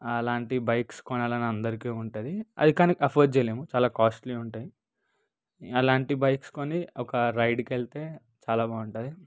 అలాంటి బైక్స్ కొనాలని అందరికీ ఉంటుంది అది కానీ అఫోర్డ్ చేయలేం చాలా కాస్ట్లీ ఉంటయి అలాంటి బైక్స్ కొని ఒక రైడ్కి వెళ్తే చాలా బాగుంటుంది